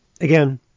Again